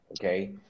okay